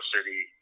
City